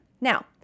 Now